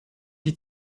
die